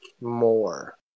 more